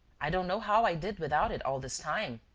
i don't know how i did without it all this time.